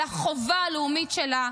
על החובה הלאומית שלה,